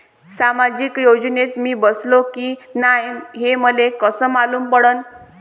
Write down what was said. सामाजिक योजनेत मी बसतो की नाय हे मले कस मालूम पडन?